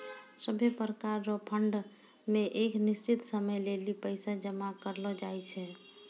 सभै प्रकार रो फंड मे एक निश्चित समय लेली पैसा जमा करलो जाय छै